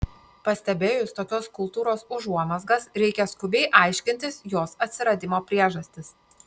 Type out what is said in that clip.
pastebėjus tokios kultūros užuomazgas reikia skubiai aiškintis jos atsiradimo priežastis